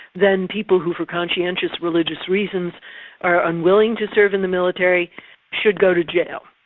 then people who for conscientious religious reasons are unwilling to serve in the military should go to jail.